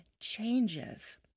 changes